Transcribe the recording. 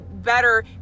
Better